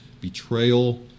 Betrayal